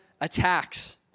attacks